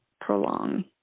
prolong